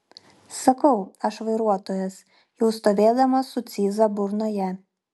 sakau aš vairuotojas jau stovėdamas su cyza burnoje